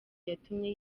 yatumye